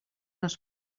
els